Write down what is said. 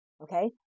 okay